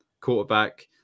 quarterback